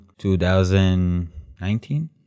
2019